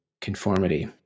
conformity